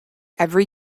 every